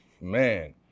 Man